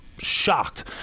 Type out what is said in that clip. Shocked